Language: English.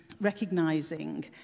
recognizing